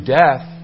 death